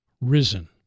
risen